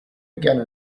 again